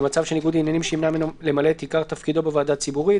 במצב של ניגוד עניינים שימנע ממנו למלא את עיקר תפקידו בוועדה ציבורית.